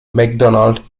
mcdonald